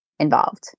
Involved